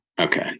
okay